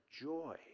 joy